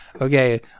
Okay